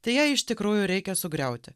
tai ją iš tikrųjų reikia sugriauti